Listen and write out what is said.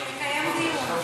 לקיים דיון.